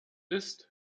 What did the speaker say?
ist